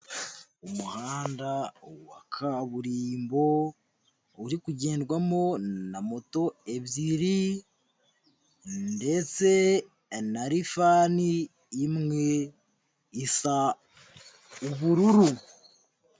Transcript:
Umuhanda wa kaburimbo uri kugendwamo na moto ebyiri ndetse na lifani imwe isa ubururu.